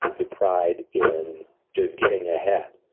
the pride in just getting ahead.